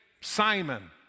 Simon